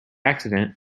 accident